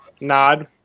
nod